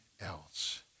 else